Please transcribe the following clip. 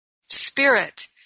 spirit